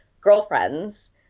girlfriends